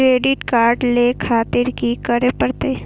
Credit card ले खातिर की करें परतें?